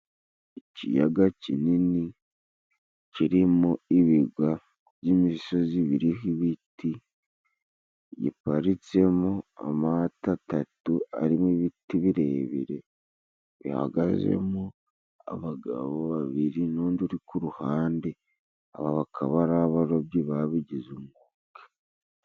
Iciyaga cinini cirimo ibigwa by'imisozi biriho ibiti, giparitsemo amato atatu, arimo ibiti birebire bihagazemo, abagabo babiri n'undi uri ku ruhande aba bakaba ari abarobyi babigize umwuga.